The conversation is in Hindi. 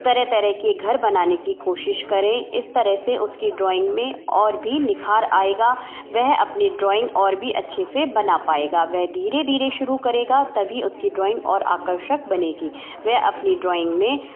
तरह तरह के घर बनाने की कोशिश करें इस तरह से उसकी ड्राइंग में और भी निखार आएगा वह अपनी ड्राइंग और भी अच्छे से बना पाएगा वह धीरे धीरे शुरू करेगा तभी उस की ड्राइंग और आकर्षक बनेगी वह अपनी ड्राइंग में